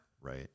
Right